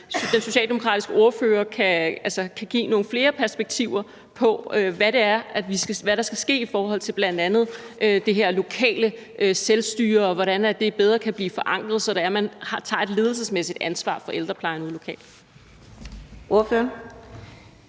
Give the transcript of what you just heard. den socialdemokratiske ordfører så give nogle flere perspektiver på, hvad der skal ske i forhold til bl.a. det her lokale selvstyre, og hvordan det bedre kan blive forankret, så man tager et ledelsesmæssigt ansvar for ældreplejen ude lokalt. Kl.